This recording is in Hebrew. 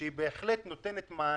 כל העניין של או 2018 או 2019 הוא נכון?